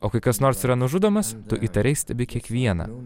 o kai kas nors yra nužudomas tu įtariai stebi kiekvieną